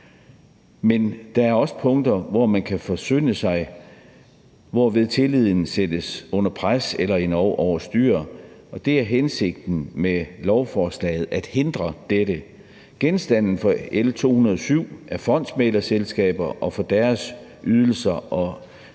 Men der er også punkter, hvor man kan forsynde sig, så tilliden sættes under pres eller endog over styr, og det er hensigten med lovforslaget at hindre dette. Genstanden for L 207 er fondsmæglerselskaber, deres ydelser og